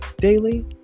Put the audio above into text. Daily